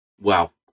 Wow